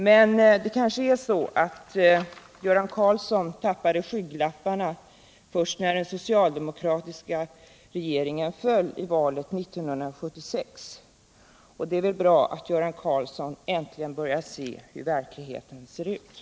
Men det kanske är så att Göran Karlsson tappade skygglapparna först när den socialdemokratiska regeringen föll i valet 1976. Det är väl bra att Göran Karlsson äntligen börjar se hur det är i verkligheten.